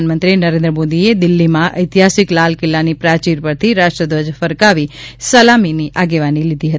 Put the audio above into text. પ્રધાનમંત્રી નરેન્દ્ર મોદીએ દિલ્હીમાં ઐતિહાસીક લાલકિલ્લાની પ્રાચીર પરથી રાષ્ટ્રધ્વજ ફરકાવી સલામીની આગેવાની લીધી હતી